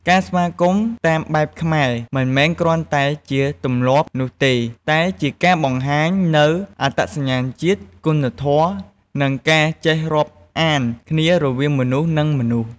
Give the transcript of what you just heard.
ការស្វាគមន៍តាមបែបខ្មែរ មិនមែនគ្រាន់តែជាទម្លាប់នោះទេ តែជាការបង្ហាញនូវអត្តសញ្ញាណជាតិ គុណធម៌ និងការចេះរាប់អានគ្នារវាងមនុស្ស នឹងមនុស្ស។